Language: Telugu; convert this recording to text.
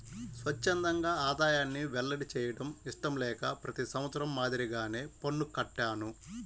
స్వఛ్చందంగా ఆదాయాన్ని వెల్లడి చేయడం ఇష్టం లేక ప్రతి సంవత్సరం మాదిరిగానే పన్ను కట్టాను